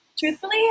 Truthfully